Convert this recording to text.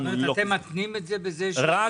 לא --- זאת אומרת,